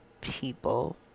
people